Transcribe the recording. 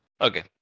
Okay